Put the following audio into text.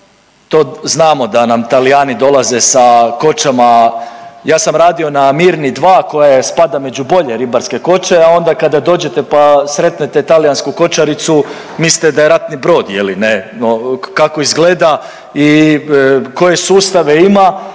To znamo da nam Talijani dolaze sa kočama, ja sam radio na Mirni 2 koja spada među bolje ribarske koče, a onda kada dođete pa sretnete talijansku kočaricu mislite da je ratni brod kako izgleda i koje sustave ima